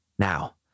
Now